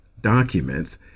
documents